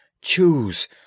Choose